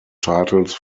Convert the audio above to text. titles